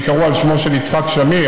שייקראו על שמו של יצחק שמיר,